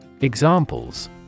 Examples